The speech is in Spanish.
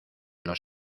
los